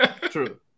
true